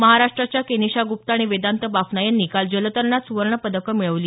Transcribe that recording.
महाराष्ट्राच्या केनिशा गुप्ता आणि वेदांत बाफना यांनी काल जलतरणात सुवर्णपदकं मिळवली